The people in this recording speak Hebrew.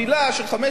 ארבע-עשרה מיליארד,